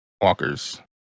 walkers